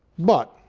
but,